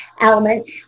element